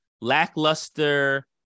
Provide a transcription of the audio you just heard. lackluster